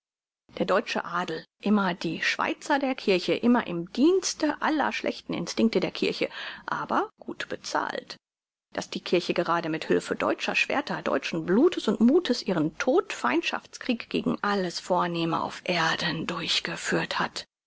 der deutsche adel immer die schweizer der kirche immer im dienste aller schlechten instinkte der kirche aber gut bezahlt daß die kirche gerade mit hülfe deutscher schwerter deutschen blutes und muthes ihren todfeindschafts krieg gegen alles vornehme auf erden durchgeführt hat